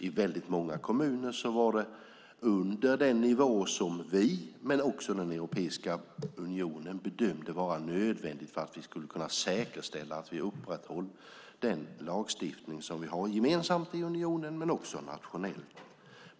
I väldigt många kommuner var kontrollen under den nivå som vi men också Europeiska unionen bedömde var nödvändig för att vi skulle kunna säkerställa att vi upprätthöll den lagstiftning som vi har gemensamt i unionen men också nationellt.